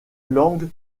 langue